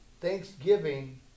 thanksgiving